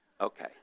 Okay